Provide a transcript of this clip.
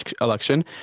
election